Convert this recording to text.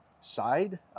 Side